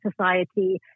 society